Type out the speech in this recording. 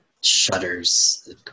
shudders